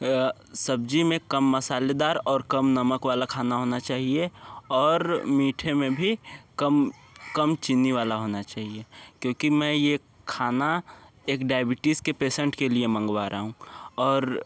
सब्ज़ी में कम मसालेदार और कम नमक वाला खाना होना चाहिए और मीठे में भी कम कम चीनी वाला होना चाहिए क्योंकि मैं ये खाना एक डायबिटीज़ के पेसेंट के लिए मंगवा रहा हूँ और